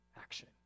action